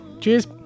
cheers